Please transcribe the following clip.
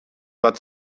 bat